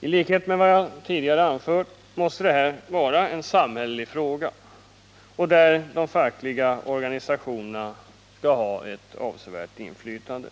I likhet med vad jag tidigare anfört måste detta var en samhällelig fråga, där de fackliga organisationerna bör ha ett avsevärt inflytande.